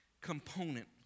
component